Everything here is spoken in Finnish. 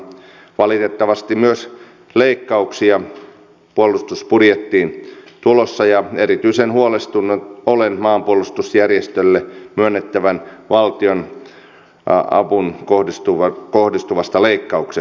valitettavasti myös leikkauksia puolustusbudjettiin on tulossa ja erityisen huolestunut olen maanpuolustusjärjestöille myönnettävään valtionapuun kohdistuvasta leikkauksesta